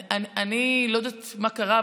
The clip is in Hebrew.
אני לא יודעת מה קרה,